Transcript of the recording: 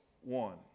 one